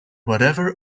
whatever